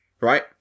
Right